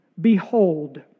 Behold